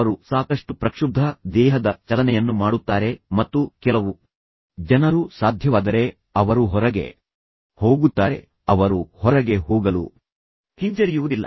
ಅವರು ಸಾಕಷ್ಟು ಪ್ರಕ್ಷುಬ್ಧ ದೇಹದ ಚಲನೆಯನ್ನು ಮಾಡುತ್ತಾರೆ ಮತ್ತು ಕೆಲವು ಜನರು ಸಾಧ್ಯವಾದರೆ ಅವರು ಹೊರಗೆ ಹೋಗುತ್ತಾರೆ ಅವರು ಹೊರಗೆ ಹೋಗಲು ಹಿಂಜರಿಯುವುದಿಲ್ಲ